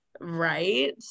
Right